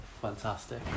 Fantastic